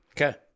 Okay